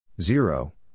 Zero